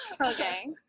Okay